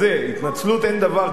התנצלות, אין דבר כזה.